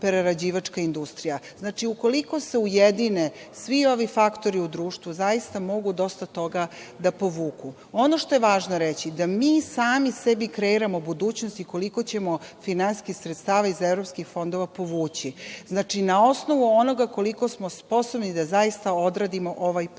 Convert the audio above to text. Ukoliko se ujedine svi ovi faktori u društvu, zaista mogu dosta toga da povuku. Ono što je važno reći, da mi sami sebi kreiramo budućnost i koliko ćemo finansijskih sredstava iz evropskih fondova povući. Znači, na osnovu onoga koliko smo sposobni da zaista odradimo ovaj posao.